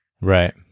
Right